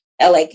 LA